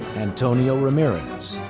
antonio ramirez.